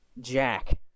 Jack